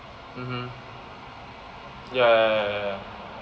uh huh) ya ya ya ya ya